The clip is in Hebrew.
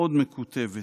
מאוד מקוטבת,